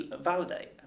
validate